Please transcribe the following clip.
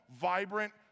vibrant